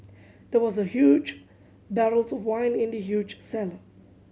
there was a huge barrels of wine in the huge cellar